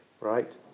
right